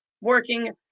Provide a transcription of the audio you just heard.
working